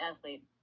athlete